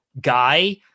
guy